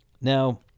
Now